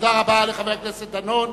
תודה רבה לחבר הכנסת דנון.